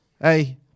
Hey